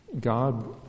God